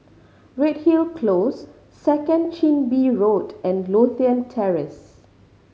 Redhill Close Second Chin Bee Road and Lothian Terrace